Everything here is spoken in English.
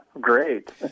Great